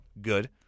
Good